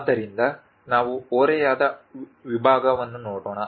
ಆದ್ದರಿಂದ ನಾವು ಓರೆಯಾದ ವಿಭಾಗವನ್ನು ನೋಡೋಣ